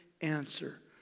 answer